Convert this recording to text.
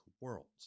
worlds